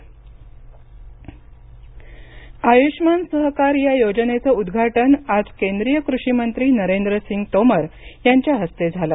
कृषिमंत्री आयुष्मान सहकार या योजनेचं उद्घाटन आज केंद्रीय कृषिमंत्री नरेंद्रसिंग तोमर यांच्या हस्ते झालं